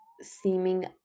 seeming